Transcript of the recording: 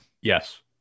Yes